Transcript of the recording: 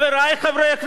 בעת הזאת,